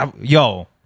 Yo